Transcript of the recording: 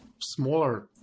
smaller